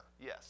Yes